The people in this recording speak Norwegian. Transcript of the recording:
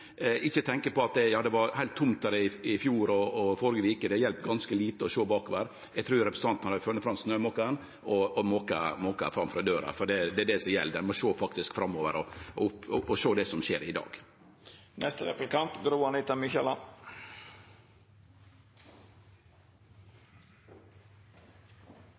ikkje tenkjer på at det var heilt tomt der i fjor og førre veka. Det hjelper ganske lite å sjå bakover. Eg trur representanten hadde funne fram snømokaren og moka framfor døra, for det er det som gjeld. Ein må sjå framover og sjå det som skjer i dag.